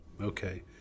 Okay